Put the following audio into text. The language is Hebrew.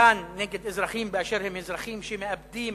כאן נגד אזרחים באשר הם אזרחים שמאבדים